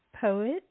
poet